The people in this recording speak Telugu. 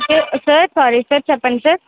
స సార్ సారీ సార్ చెప్పండి సార్